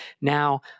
Now